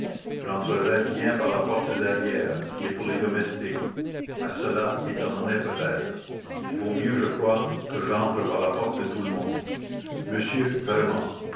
j'entrerais bien par la porte de derrière qui est pour les domestiques mais cela étonnerait peut-être il vaut mieux je crois que j'entre par la porte de tout le monde monsieur vraiment